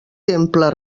temple